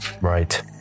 Right